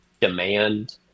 demand